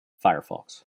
firefox